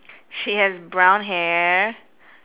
she has brown hair